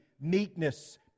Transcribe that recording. meekness